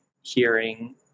hearing